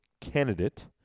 candidate